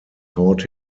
taught